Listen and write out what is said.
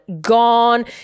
gone